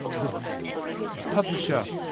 the publisher